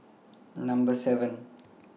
seven